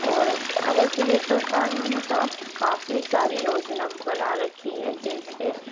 اور ویسے بھی سرکاروں نے تو اب کافی ساری یوجنا بھی بنا رکھی ہے جیسے